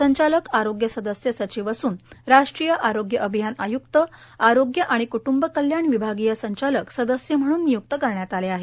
संचालक आरोग्य सदस्य सचिव असून राष्ट्रीय आरोग्य अभियान आय्क्त आरोग्य आणि कृट्ंब कल्याण विभागीय संचालक सदस्य म्हणून निय्क्त करण्यात आले आहेत